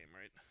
right